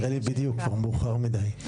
בדיוק, מאוחר מידי.